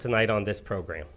tonight on this program